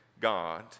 God